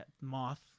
moth